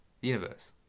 Universe